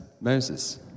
Moses